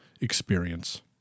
experience